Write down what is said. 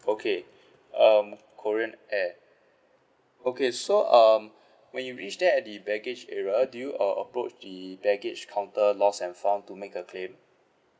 okay um korean air okay so um when you reach there at the baggage area do you uh approach the baggage counter lost and found to make a claim